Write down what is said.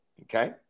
Okay